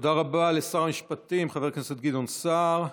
תודה רבה לשר המשפטים חבר הכנסת גדעון סער.